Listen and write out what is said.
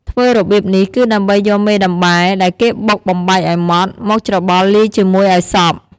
ធ្វើរបៀបនេះគឺដើម្បីយកមេដំបែដែលគេបុកបំបែកឲ្យម៉ត់ មកច្របល់លាយជាមួយឲ្យសព្វ ។